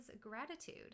gratitude